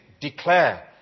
Declare